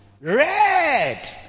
Red